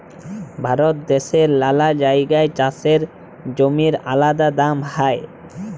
ভারত দ্যাশের লালা জাগায় চাষের জমির আলাদা দাম হ্যয়